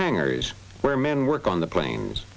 hangars where men work on the planes